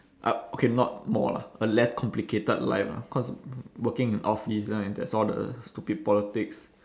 up okay not more lah a less complicated life lah cause w~ working in office there's all the stupid politics